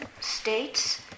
states